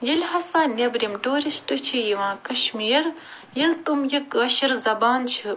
ییٚلہِ ہسا نٮیٚبرِم ٹیٛوٗرِسٹہٕ چھِ یِوان کَشمیٖر ییٚلہٕ تِم یہِ کٲشِر زبان چھِ